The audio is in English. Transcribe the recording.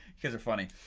guys are funny,